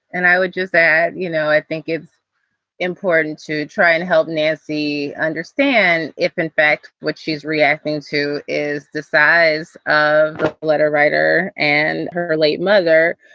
and i would just that you know i think it's important to try and help nancy understand if, in fact, what she's reacting to is the size of the letter writer and her late mother